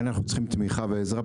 אבל אנחנו צריכים תמיכה ועזרה,